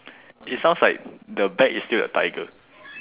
it sounds like the back is still a tiger